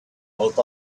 both